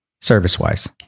service-wise